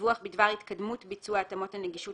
דיווח בדבר התקדמות ביצוע התאמות הנגישות